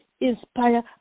inspire